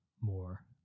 more